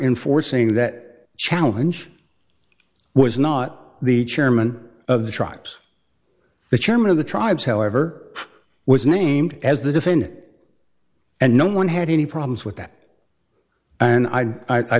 enforcing that challenge was not the chairman of the tribes the chairman of the tribes however was named as the defend it and no one had any problems with that and i